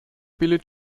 billy